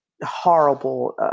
horrible